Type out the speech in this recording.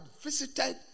visited